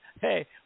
hey